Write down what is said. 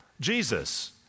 Jesus